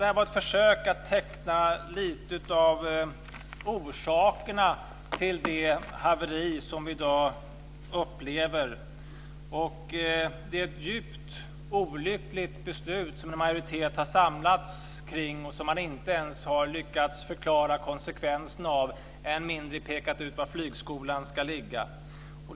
Det här var ett försök att teckna några av orsakerna till det haveri som vi upplever i dag. Det är ett djupt olyckligt beslut som en majoritet har samlats kring. Man har inte ens lyckats förklara konsekvenserna av det, och än mindre pekat ut var flygskolan ska ligga.